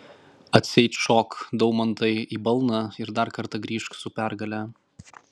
atseit šok daumantai į balną ir dar kartą grįžk su pergale